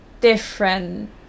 different